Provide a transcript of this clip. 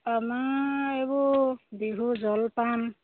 আমাৰ এইবোৰ বিহু জলপান